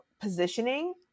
positioning